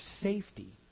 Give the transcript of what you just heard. safety